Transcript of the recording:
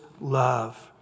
love